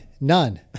None